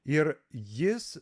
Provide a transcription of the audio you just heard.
ir jis